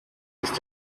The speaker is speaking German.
ist